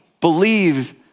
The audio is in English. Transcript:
believe